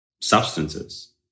substances